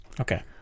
Okay